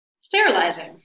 sterilizing